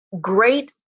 great